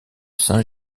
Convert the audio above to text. saint